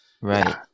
Right